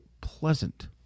pleasant